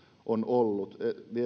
on ollut